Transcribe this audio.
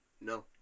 No